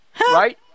Right